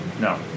No